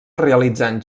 realitzant